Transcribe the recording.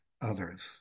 others